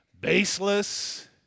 Baseless